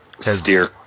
Steer